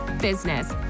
business